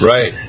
Right